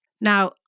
Now